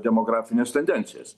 demografines tendencijas